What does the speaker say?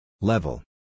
Level